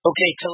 Okay